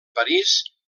parís